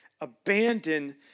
Abandon